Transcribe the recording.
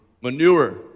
manure